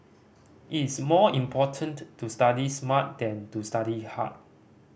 it's more important to study smart than to study hard